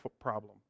problem